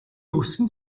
үсэнд